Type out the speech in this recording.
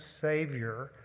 Savior